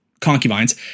concubines